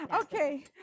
Okay